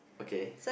okay